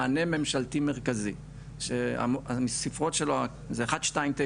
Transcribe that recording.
מענה ממשלתי מרכזי שהספרות שלו זה 1299,